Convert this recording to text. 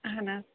اَہَن حظ